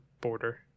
border